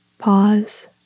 Pause